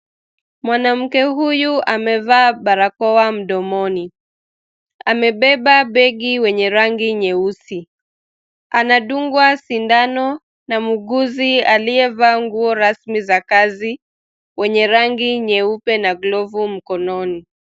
Mwanamke huyu amevaa barakoa mdomoni. Amebeba begi wenye rangi nyeusi. Anadungwa sindano na muuguzi aliyevaa nguo rasmi za kazi wenye rangi nyeupe na glovu mkononi.